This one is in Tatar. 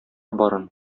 барын